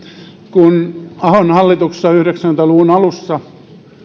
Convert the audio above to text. kun ahon hallituksessa yhdeksänkymmentä luvun alussa